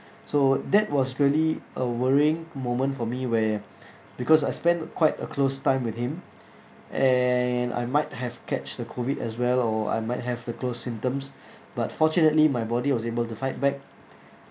so that was really a worrying moment for me where because I spend quite a close time with him and I might have catch the COVID as well or I might have the close symptoms but fortunately my body was able to fight back